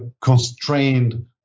constrained